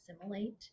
assimilate